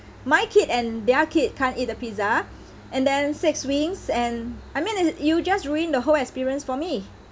my kid and their kid can't eat the pizza and then six wings and I mean it's you just ruined the whole experience for me